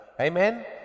Amen